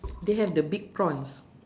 they have the big prawns